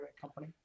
company